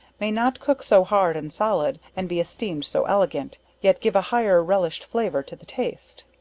may not cook so hard and solid, and be esteemed so elegant, yet give a higher relished flavor to the taste.